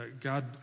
God